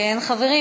חברי,